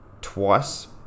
twice